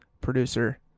producer